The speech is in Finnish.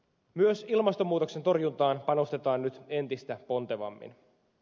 myös ilmastonmuutoksen torjuntaan panostetaan nyt entistä pontevammin